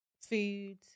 food